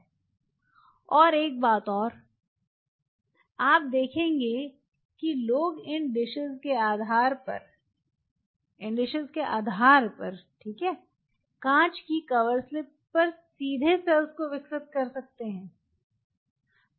और एक और बात आप देखेंगे कि लोग इन डिशेस के आधार पर इन डिशेस के आधार पर कांच की कवरस्लिप पर सीधे सेल्स को विकसित कर सकते हैं